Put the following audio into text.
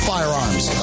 Firearms